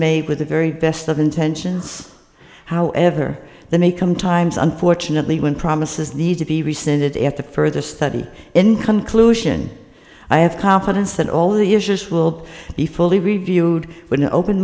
made with the very best of intentions however the may come times unfortunately when promises need to be rescinded at the further study in conclusion i have confidence that all the issues will be fully reviewed when an open